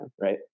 right